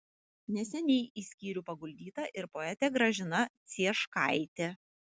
neseniai į skyrių paguldyta ir poetė gražina cieškaitė